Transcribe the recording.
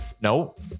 Nope